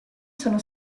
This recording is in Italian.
sono